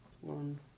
One